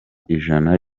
ijana